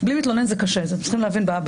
זה מדרון חלקלק בפלילי גם כשאנחנו רוצים מאוד.